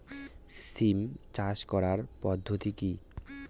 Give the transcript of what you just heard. সিম চাষ করার পদ্ধতি কী?